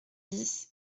dix